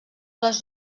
les